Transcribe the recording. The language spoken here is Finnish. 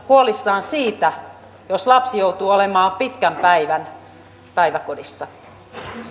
huolissaan siitä jos lapsi joutuu olemaan pitkän päivän päiväkodissa